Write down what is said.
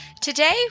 Today